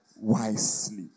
wisely